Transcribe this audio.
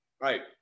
Right